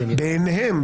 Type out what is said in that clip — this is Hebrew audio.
בעיניהם,